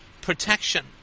protection